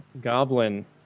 goblin